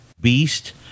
beast